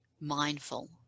mindful